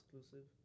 exclusive